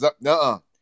no